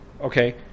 Okay